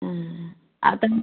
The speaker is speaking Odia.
ହଁ ଆଉ ତମେ